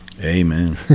Amen